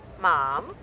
Mom